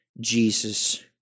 Jesus